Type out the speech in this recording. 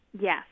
Yes